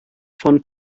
von